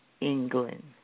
England